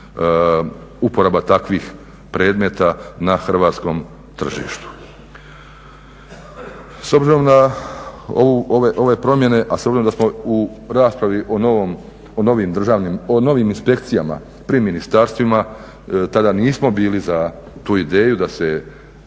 uporaba takvih predmeta na hrvatskom tržištu. S obzirom na ove promjene, a s obzirom da smo u raspravi o novim inspekcijama pri ministarstvima tada nismo bili za tu ideju da se,